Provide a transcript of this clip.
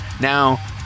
Now